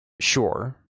sure